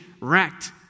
wrecked